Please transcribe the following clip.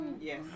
Yes